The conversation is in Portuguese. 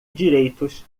direitos